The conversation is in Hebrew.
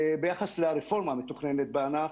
ביחס לרפורמה המתוכננת בענף,